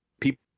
people